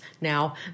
now